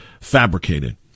fabricated